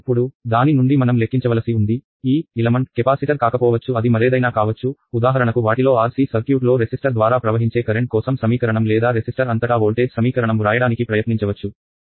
ఇప్పుడు దాని నుండి మనం లెక్కించవలసి ఉంది ఈ మూలకం కెపాసిటర్ కాకపోవచ్చు అది మరేదైనా కావచ్చు ఉదాహరణకు వాటిలో RC సర్క్యూట్ లో రెసిస్టర్ ద్వారా ప్రవహించే కరెంట్ కోసం సమీకరణం లేదా రెసిస్టర్ అంతటా వోల్టేజ్ సమీకరణం వ్రాయడానికి ప్రయత్నించవచ్చు